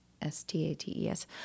s-t-a-t-e-s